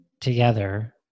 together